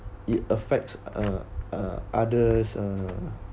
it affects uh uh others uh